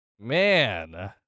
Man